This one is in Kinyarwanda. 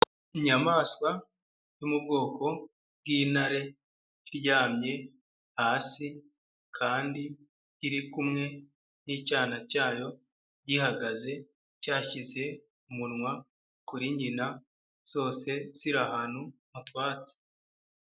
Inyamaswa yo mu bwoko bw'intare iryamye hasi, kandi iri kumwe n'icyana cyayo gihagaze cyashyize umunwa kuri nyina, zose ziri ahantu mu twatsi.